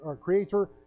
creator